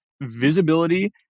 visibility